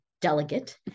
delegate